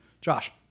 josh